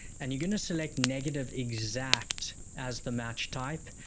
and you're going to select negative exact as the match type,